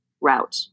route